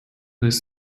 this